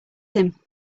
him